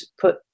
put